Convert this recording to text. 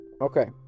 Okay